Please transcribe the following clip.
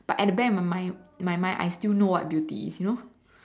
but at the back of my mind my mind I still know what beauty is you know